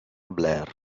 blair